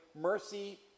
mercy